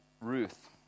Ruth